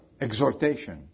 exhortation